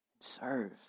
serve